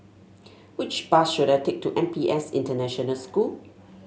which bus should I take to N P S International School